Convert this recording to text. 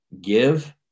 give